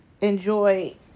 enjoy